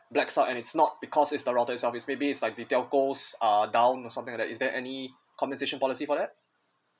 blackouts and it's not because is the router itself is maybe like the telcos are down or something like that if there any compensation policy for that